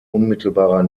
unmittelbarer